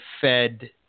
fed